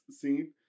scene